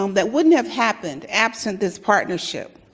um that wouldn't have happened absent this partnership.